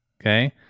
okay